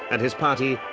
and his party,